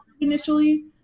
...initially